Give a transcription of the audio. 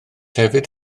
hefyd